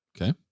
Okay